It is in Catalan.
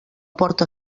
porta